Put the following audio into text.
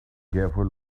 careful